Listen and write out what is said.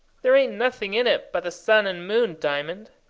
there ain't nothing in it but the sun and moon, diamond.